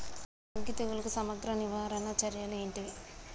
అగ్గి తెగులుకు సమగ్ర నివారణ చర్యలు ఏంటివి?